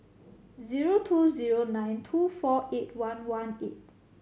zero two zero nine two four eight one one eight